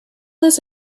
this